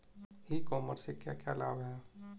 E commerce से क्या क्या लाभ हैं?